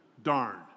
Darn